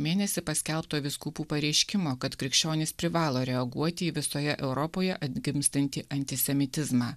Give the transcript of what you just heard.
mėnesį paskelbto vyskupų pareiškimo kad krikščionys privalo reaguoti į visoje europoje atgimstantį antisemitizmą